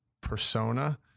persona